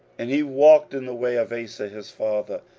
and he walked in the way of asa his father,